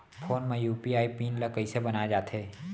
Phone म UPI PIN ल कइसे बनाये जाथे?